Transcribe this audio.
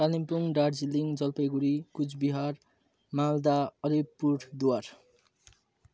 Kalimpong Darjeeling Jalpaiguri Cooch Behar Malda Alipurduar